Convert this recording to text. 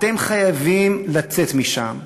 אתם חייבים לצאת משם,